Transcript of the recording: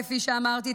כפי שאמרתי,